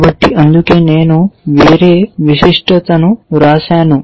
కాబట్టి అందుకే నేను వేరే విశిష్టతను వ్రాశాను